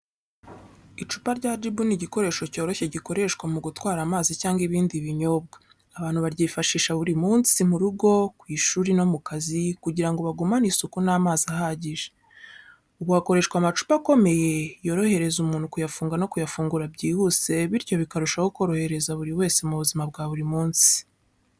Icupa rya jibu ni igikoresho cyoroshye gikoreshwa mu gutwara amazi cyangwa ibindi binyobwa. Abantu baryifashisha buri munsi mu rugo, ku ishuri no mu kazi kugira ngo bagumane isuku n’amazi ahagije. Ubu hakoreshwa amacupa akomeye, yorohereza umuntu kuyafunga no kuyafungura byihuse, bityo bikarushaho korohereza buri wese mu buzima bwa buri munsi.